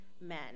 men